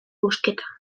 busqueta